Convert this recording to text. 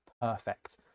perfect